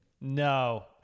No